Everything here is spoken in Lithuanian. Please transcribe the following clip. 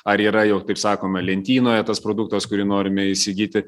ar yra jau kaip sakome lentynoje tas produktas kurį norime įsigyti